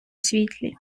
світлі